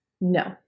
no